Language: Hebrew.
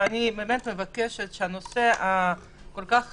ואני באמת מבקשת שהנושא הכול כך חשוב,